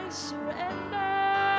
surrender